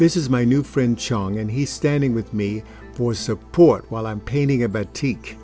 this is my new friend chong and he's standing with me for support while i'm painting about tea